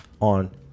on